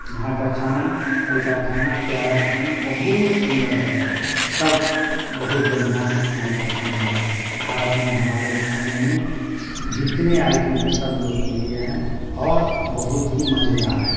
यहाँ का खाना हल्का खाना प्यारा खाना बहुत सुंदर है सब बहुत बढ़िया यहाँ का खाना है भारत में हमारे खाने में जितने आइटम हैं सब लोकप्रिय हैं और बहुत ही मजेदार हैं